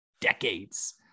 decades